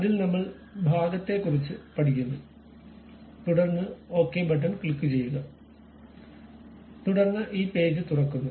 അതിൽ നമ്മൾ ഭാഗത്തെക്കുറിച്ച് പഠിക്കുന്നു തുടർന്ന് ഒകെ ബട്ടൺ ക്ലിക്കുചെയ്യുക തുടർന്ന് ഈ പേജ് തുറക്കുന്നു